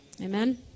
Amen